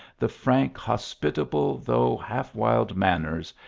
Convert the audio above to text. the frank, hospitable, though half wild manners,